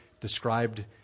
described